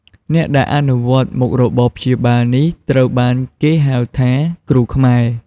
អ្នកដែលអនុវត្តមុខរបរព្យាបាលនេះ ត្រូវបានគេហៅថា "គ្រូខ្មែរ"។